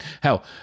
hell